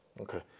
Okay